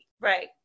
right